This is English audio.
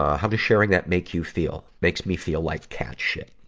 how does sharing that make you feel? makes me feel like cat shit.